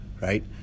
right